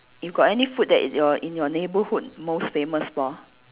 you got any food that in your in your neighborhood most famous for